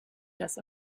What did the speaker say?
das